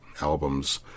albums